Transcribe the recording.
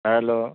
hello